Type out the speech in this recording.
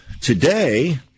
today